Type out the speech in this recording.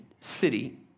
city